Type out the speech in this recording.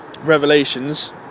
Revelations